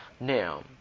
Now